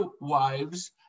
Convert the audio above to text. wives